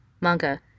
manga